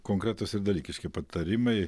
konkretūs ir dalykiški patarimai